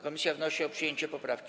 Komisja wnosi o przyjęcie poprawki.